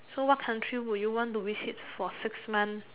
so what country would you want to visit for six months